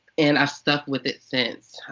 and i stuck with it since.